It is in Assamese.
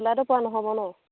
চুলাইটো পোৱা নহ'ব নহ্